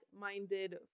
minded